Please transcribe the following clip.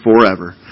forever